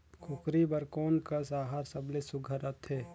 कूकरी बर कोन कस आहार सबले सुघ्घर रथे?